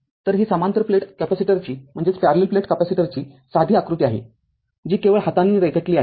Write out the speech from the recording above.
तरही समांतर प्लेट कॅपेसिटरची साधी आकृती आहेजी केवळ हाताने रेखाटली आहे